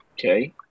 Okay